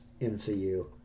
MCU